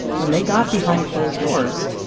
when they got behind closed doors,